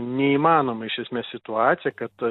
neįmanoma iš esmės situacija kad